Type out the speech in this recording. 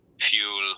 fuel